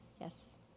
Yes